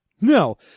No